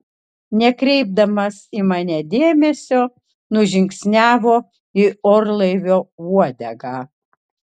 nekreipdamas į mane dėmesio nužingsniavo į orlaivio uodegą